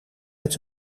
met